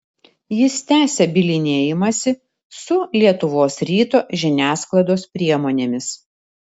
jis tęsia bylinėjimąsi su lietuvos ryto žiniasklaidos priemonėmis